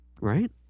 Right